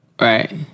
Right